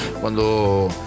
Cuando